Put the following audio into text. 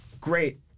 Great